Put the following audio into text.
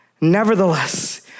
Nevertheless